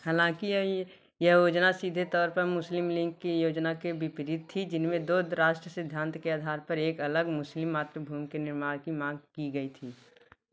हालाँकि यह योजना सीधे तौर पर मुस्लिम लीग की योजना के विपरीत थी जिनमें दो राष्ट्र सिद्धांत के आधार पर एक अलग मुस्लिम मातृभूमि के निर्माण की माँग की गई थी